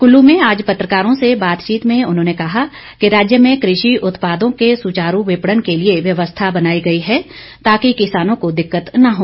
कुल्लू में आज पत्रकारों से बातचीत में उन्होंने कहा कि राज्य में कृषि उत्पादों के सुचारू विपणन के लिए व्यवस्था बनाई गई है ताकि किसानों को दिक्कत न हो